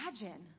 imagine